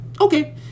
okay